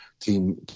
team